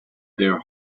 their